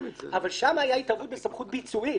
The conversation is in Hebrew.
אבל שם הייתה התערבות בסמכות ביצועית,